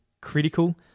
critical